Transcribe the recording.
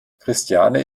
christiane